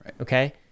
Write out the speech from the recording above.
okay